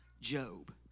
Job